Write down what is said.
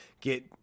get